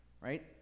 Right